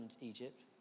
Egypt